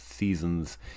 seasons